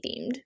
themed